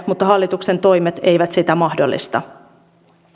mutta hallituksen toimet eivät sitä mahdollista